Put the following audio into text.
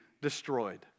destroyed